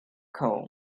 comb